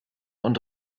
und